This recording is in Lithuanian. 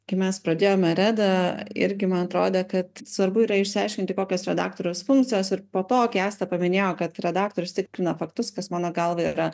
kai mes pradėjome redą irgi man atrodė kad svarbu yra išsiaiškinti kokios redaktoriaus funkcijos ir po to kai asta paminėjo kad redaktorius tikrina faktus kas mano galva yra